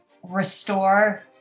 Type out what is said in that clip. restore